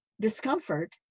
discomfort